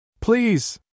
Please